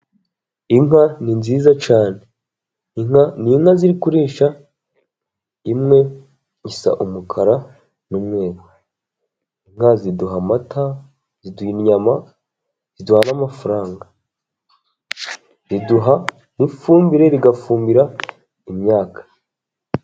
Inka ni nziza cyane, inka ni inka ziri kurisha imwe isa umukara n'umweru, inka ziduha amata, ziduha inyama, ziduha n'amafaranga, riduha ifumbire rigafumbira imyaka.